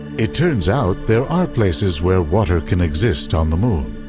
it turns out there are places where water can exist on the moon,